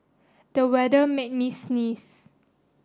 the weather made me sneeze